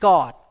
God